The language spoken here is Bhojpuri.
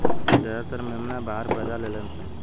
ज्यादातर मेमना बाहर पैदा लेलसन